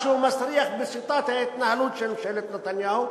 משהו מסריח בשיטת ההתנהלות של ממשלת נתניהו,